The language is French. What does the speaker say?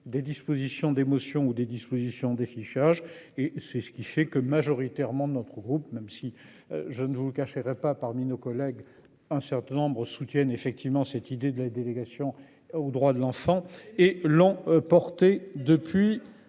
des dispositions d'émotion ou des dispositions. Et c'est ce qui fait que, majoritairement de notre groupe, même si je ne vous cacherai pas parmi nos collègues un certains nombres soutiennent effectivement cette idée de la délégation aux droits de l'enfant et l'ont portée depuis